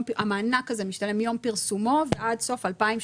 שהמענק הזה משתלם מיום פרסומו ועד סוף 2025,